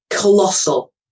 colossal